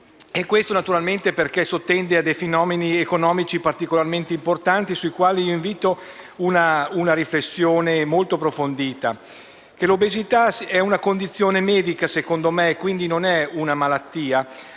sono sottesi fenomeni economici particolarmente importanti, su cui invito ad una riflessione molto approfondita. L'obesità è una condizione medica, secondo me, e quindi non è una malattia,